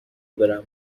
برم